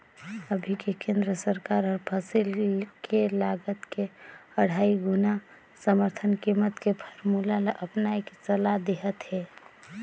अभी के केन्द्र सरकार हर फसिल के लागत के अढ़ाई गुना समरथन कीमत के फारमुला ल अपनाए के सलाह देहत हे